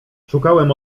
szukałem